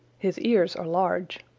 his ears are large.